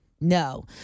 No